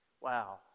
Wow